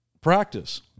practice